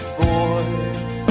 boys